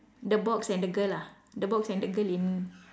the box and the girl lah the box and the girl in